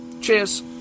Cheers